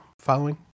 Following